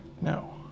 No